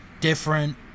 different